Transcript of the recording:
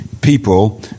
people